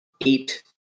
eight